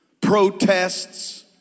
protests